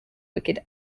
wicked